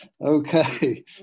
Okay